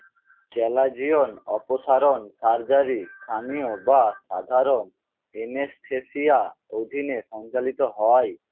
chalazion অপসারণ surgery স্থানীয় বা সাধারণ এনেস্থেশিয়া অধীনে সঞ্চালিত হয়